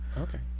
Okay